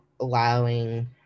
allowing